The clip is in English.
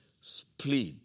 split